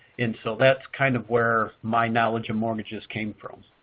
and so that's kind of where my knowledge of mortgages came from.